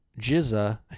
Jizza